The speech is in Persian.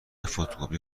فتوکپی